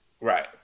right